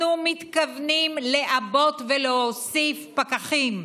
אנחנו מתכוונים לעבות ולהוסיף פקחים.